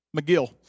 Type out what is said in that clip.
McGill